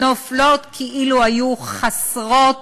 נופלות כאילו היו חסרות